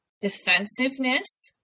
defensiveness